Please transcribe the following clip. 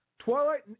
Twilight